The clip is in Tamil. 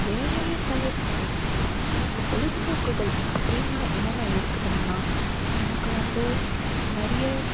வேலையை தவிர்த்து எனக்கு பொழுதுபோக்குகள் அப்படீன்னா என்னென்ன இருக்குதுன்னா எனக்கு வந்து நிறைய